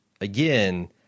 again